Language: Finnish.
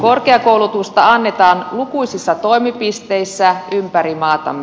korkeakoulutusta annetaan lukuisissa toimipisteissä ympäri maatamme